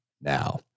now